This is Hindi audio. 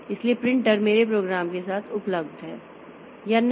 इसलिए प्रिंटर मेरे प्रोग्राम के साथ उपलब्ध है या नहीं